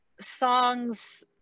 songs